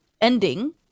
ending